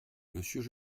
monsieur